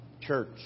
church